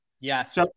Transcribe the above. Yes